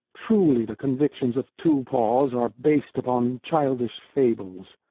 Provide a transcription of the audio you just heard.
truly the convictions of two-paws are based upon childish fables.